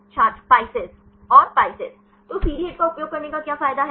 छात्र PISCES और PISCES तो सीडी हिट का उपयोग करने का क्या फायदा है